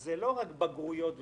זה לא רק בגרויות וכו',